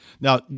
Now